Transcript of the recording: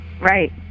Right